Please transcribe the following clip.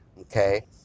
okay